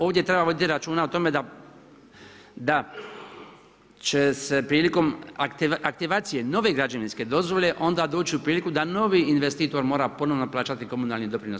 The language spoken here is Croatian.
Ovdje treba voditi računa o tome da će se prilikom aktivacije nove građevinske dozvole onda doći u priliku da novi investitor mora ponovno plaćati komunalni doprinos.